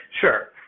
Sure